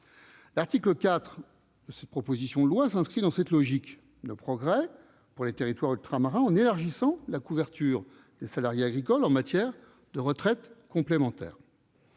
L'article 4 s'inscrit dans cette logique de progrès pour les territoires ultramarins, en élargissant la couverture des salariés agricoles en matière de retraite complémentaire.